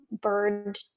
bird